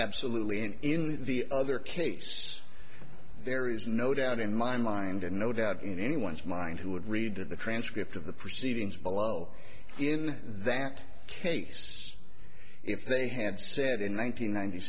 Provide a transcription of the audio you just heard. absolutely and in the other case there is no doubt in my mind and no doubt in anyone's mind who would read the transcript of the proceedings below in that case if they had said in one nine